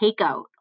takeout